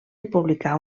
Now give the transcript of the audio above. republicà